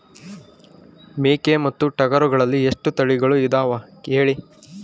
ಮೇಕೆ ಮತ್ತು ಟಗರುಗಳಲ್ಲಿ ಎಷ್ಟು ತಳಿಗಳು ಇದಾವ ಹೇಳಿ?